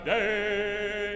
day